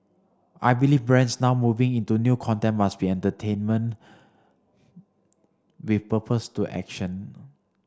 I believe brands now moving into new content must be entertainment with purpose to action